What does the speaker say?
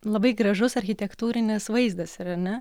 labai gražus architektūrinis vaizdas yra ar ne